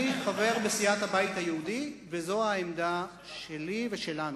אני חבר בסיעת הבית היהודי, וזו העמדה שלי ושלנו.